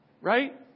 Right